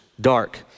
dark